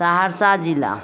सहरसा जिला